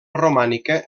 romànica